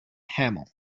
hamill